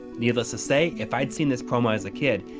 needless to say, if i'd seen this promo as a kid,